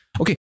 okay